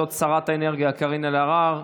זאת שרת האנרגיה קארין אלהרר.